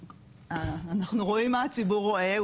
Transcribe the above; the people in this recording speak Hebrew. אנחנו רואים מה הציבור רואה.